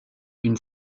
une